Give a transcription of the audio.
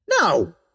No